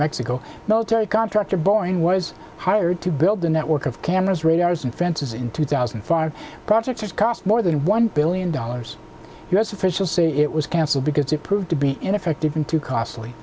mexico military contractor boeing was hired to build a network of cameras radars and fences in two thousand and five projects which cost more than one billion dollars u s officials say it was canceled because it proved to be ineffective and too costly